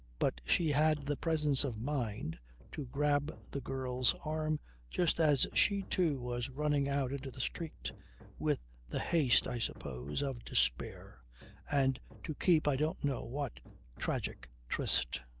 but she had the presence of mind to grab the girl's arm just as she, too, was running out into the street with the haste, i suppose, of despair and to keep i don't know what tragic tryst.